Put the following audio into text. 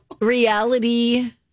reality